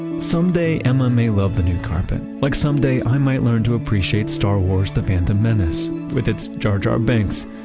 someday, emma may love the new carpet, like someday i might learn to appreciate star wars the phantom menace with its jar jar binks,